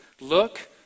look